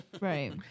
Right